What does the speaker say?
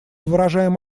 выражаем